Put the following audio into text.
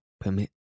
permit